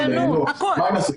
מה הם יעשו?